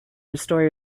restore